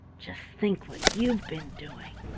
just think what you've been doing.